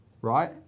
right